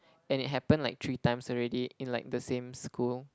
and it happened like three times already in like the same school